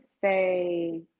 say